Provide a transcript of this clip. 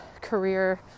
career